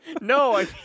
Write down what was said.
No